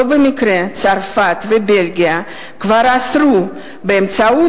לא במקרה צרפת ובלגיה כבר אסרו באמצעות